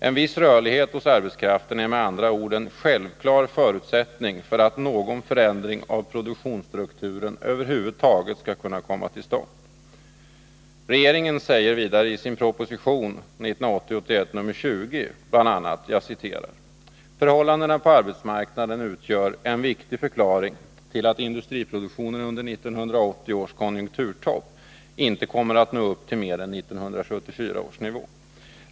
En viss rörlighet hos arbetskraften är med andra ord en självklar förutsättning för att någon förändring av produktionsstrukturen över huvud taget skall kunna komma till stånd.” Regeringen säger i sin proposition 1980/81:20 bl.a.: ”Förhållandena på arbetsmarknaden utgör en viktig förklaring till att industriproduktionen under 1980 års konjunkturtopp inte kommer att nå upp till mer än 1974 års nivå.